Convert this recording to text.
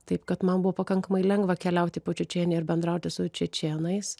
taip kad man buvo pakankamai lengva keliauti po čečėniją ir bendrauti su čečėnais